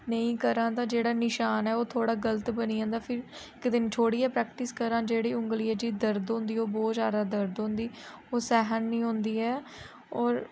नेईं करां ते जेह्ड़ा निशान ऐ ओह् थोह्ड़ा गलत बनी जंदा फिर इक दिन छोड़ियै प्रैक्टिस करां जेह्ड़ी उंगलियै च दर्द होंदी ओह् बी बोह्त ज्यादा दर्द होंदी ओह् सैहन नी होंदी ऐ होर